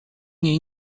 niej